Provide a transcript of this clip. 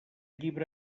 llibre